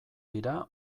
dira